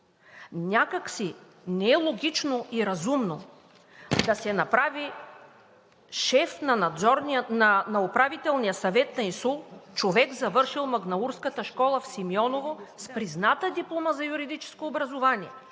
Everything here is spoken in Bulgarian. Някак си не е логично и разумно да се направи шеф на Управителния съвет на ИСУЛ човек, завършил Магнаурската школа в Симеоново с призната диплома за юридическо образование.